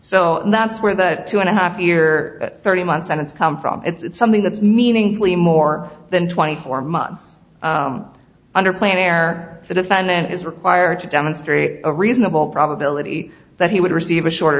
so that's where the two and a half year thirty months on it's come from it's something that's meaningfully more than twenty four months under clean air the defendant is required to demonstrate a reasonable probability that he would receive a shorter